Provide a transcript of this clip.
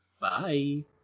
Bye